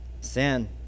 Sin